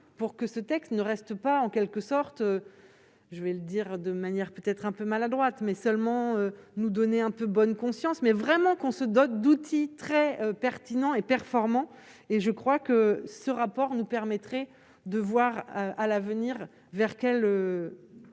pour que ce texte ne reste pas en quelque sorte, je vais le dire de manière peut-être un peu maladroite mais seulement nous donner un peu bonne conscience mais vraiment qu'on se dote d'outils très pertinent et performant et je crois que ce rapport nous permettrait de voir à l'avenir, vers quel